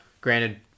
granted